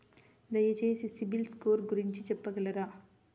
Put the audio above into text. దయచేసి సిబిల్ స్కోర్ గురించి చెప్పగలరా?